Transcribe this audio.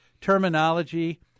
terminology